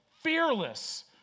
fearless